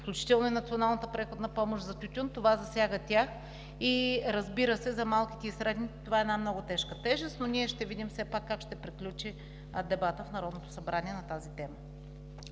включително и националната преходна помощ за тютюн. Това засяга тях и, разбира се, за малките и средните това е голяма тежест. Ние обаче ще видим как ще приключи дебатът в Народното събрание на тази тема.